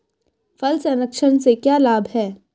फल संरक्षण से क्या लाभ है?